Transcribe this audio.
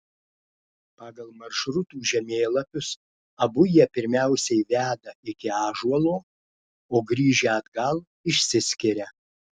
pagal maršrutų žemėlapius abu jie pirmiausiai veda iki ąžuolo o grįžę atgal išsiskiria